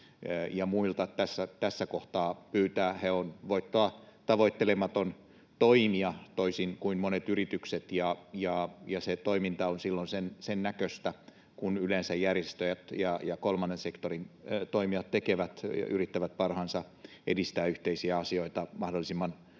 muilta, tässä kohtaa pyytää. He ovat voittoa tavoittelematon toimija toisin kuin monet yritykset, ja se toiminta on silloin sen näköistä, kun yleensä järjestöt ja kolmannen sektorin toimijat tekevät ja yrittävät parhaansa mukaan edistää yhteisiä asioita mahdollisimman